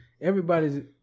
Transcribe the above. everybody's